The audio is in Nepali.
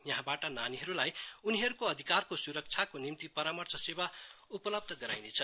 यहाँ बाट नानीहरुलाई उनीहरुको अधिकारको सुरक्षाका निम्ति परामर्श सेवा उपलब्ध गराइनेछ